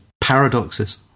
Paradoxes